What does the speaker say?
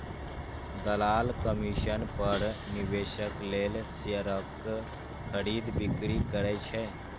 दलाल कमीशन पर निवेशक लेल शेयरक खरीद, बिक्री करै छै